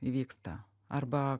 įvyksta arba